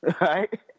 Right